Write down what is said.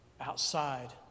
outside